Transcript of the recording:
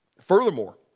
Furthermore